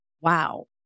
Wow